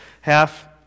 half